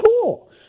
Cool